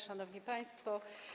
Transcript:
Szanowni Państwo!